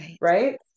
right